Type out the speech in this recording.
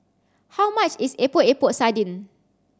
how much is Epok Epok Sardin